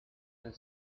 elle